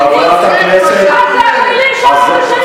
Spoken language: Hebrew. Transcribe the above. מה זה החיים שלנו,